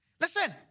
Listen